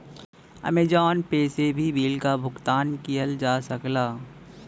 Amazon Pay से bill क भुगतान किहल जा सकला